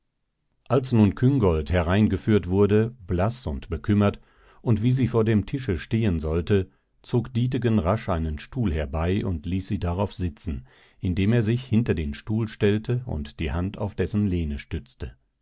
als nun küngolt hereingeführt wurde blaß und bekümmert und sie vor dem tische stehen sollte zog dietegen rasch einen stuhl herbei und ließ sie darauf sitzen indem er sich hinter den stuhl stellte und die hand auf dessen lehne stützte